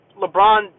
LeBron